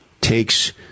takes